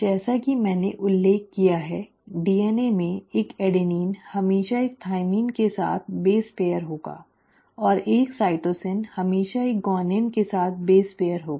जैसा कि मैंने उल्लेख किया है DNA में एक एडिनिन हमेशा एक थाइमिन के साथ बेस पेयर होगा और एक साइटोसिन हमेशा एक ग्वानिन के साथ बेस पेयर होगा